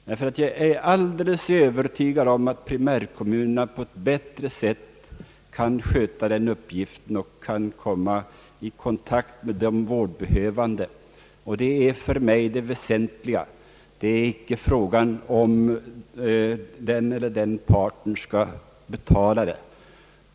Jag är nämligen alldeles övertygad om att primärkommunerna på ett bättre sätt kan sköta den uppgiften och hålla kontakt med de vårdbehövande. Detta är för mig det väsentliga och icke frågan om vilken part som skall betala.